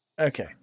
Okay